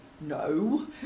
no